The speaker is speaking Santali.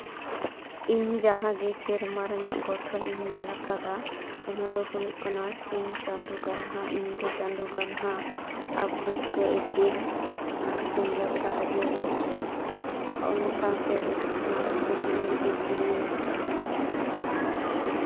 ᱤᱧ ᱡᱟᱦᱟᱸᱜᱮ ᱥᱮᱨᱢᱟ ᱨᱮᱱᱟᱜ ᱜᱚᱴᱷᱚᱱᱤᱧ ᱧᱮᱞ ᱠᱟᱫᱟ ᱚᱱᱟ ᱫᱚ ᱦᱩᱭᱩᱜ ᱠᱟᱱᱟ ᱥᱤᱧ ᱪᱟᱸᱫᱚ ᱜᱟᱱᱦᱟᱜ ᱧᱤᱫᱟᱹ ᱪᱟᱸᱫᱚ ᱜᱟᱱᱦᱟᱜ ᱟᱨ ᱵᱷᱩᱨᱠᱟᱹᱜ ᱤᱯᱤᱞ ᱟᱨ ᱥᱮᱸᱜᱮᱞ ᱫᱟᱜ ᱡᱟᱹᱲᱤ ᱚᱱᱟ ᱥᱟᱶᱛᱮ ᱦᱩᱭᱩᱜ ᱠᱟᱱᱟ ᱦᱩᱰᱩᱨ ᱵᱤᱡᱽᱞᱤ ᱟᱨ